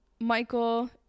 Michael